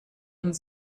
und